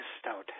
Stout